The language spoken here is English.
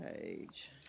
page